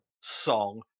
song